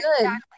good